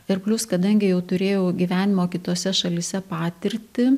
ir plius kadangi jau turėjau gyvenimo kitose šalyse patirtį